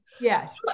Yes